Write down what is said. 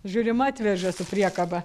žiūrim atveža su priekaba